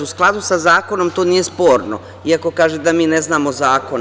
U skladu sa zakonom, to nije sporno, iako kaže da mi ne znamo zakon.